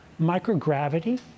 microgravity